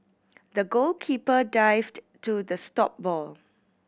the goalkeeper dived to the stop ball